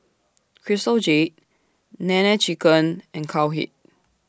Crystal Jade Nene Chicken and Cowhead